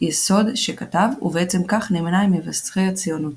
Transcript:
יסוד שכתב, ובעצם כך נמנה עם מבשרי הציונות.